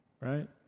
right